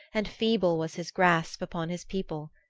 and feeble was his grasp upon his people.